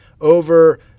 over